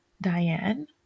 Diane